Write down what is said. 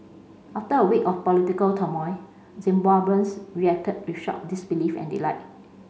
after a week of political turmoil Zimbabweans reacted with shock disbelief and delight